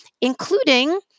including